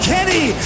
Kenny